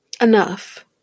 enough